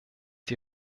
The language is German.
die